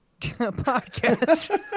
podcast